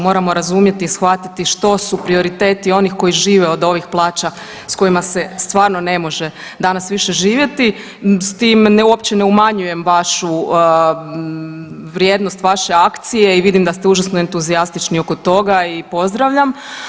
Moramo razumjeti i shvatiti što su prioriteti onih koji žive od ovih plaća s kojima se stvarno ne može danas više živjeti, s tim uopće ne umanjujem vašu vrijednost, vaše akcije, i vidim da ste užasno entuzijastični oko toga i pozdravljam.